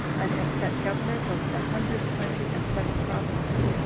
and had set governors over the hundred twenty and seven provinces,